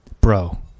bro